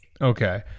Okay